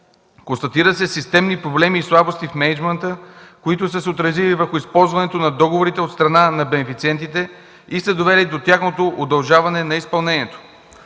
Констатират се системни проблеми и слабости в мениджмънта, които са се отразили върху използването на договорите от страна на бенефициентите и са довели до удължаване на тяхното